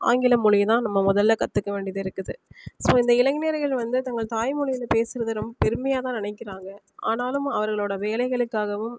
ஆங்கில மொழியை தான் நம்ம முதல்ல கற்றுக்க வேண்டியது இருக்குது ஸோ இந்த இளைஞர்கள் வந்து தங்கள் தாய்மொழியில் பேசுவது ரொம்ப பெருமையாக தான் நினைக்கிறாங்க ஆனாலும் அவர்களோட வேலைகளுக்காகவும்